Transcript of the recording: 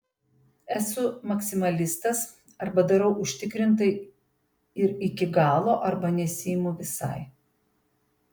esu maksimalistas arba darau užtikrintai ir iki galo arba nesiimu visai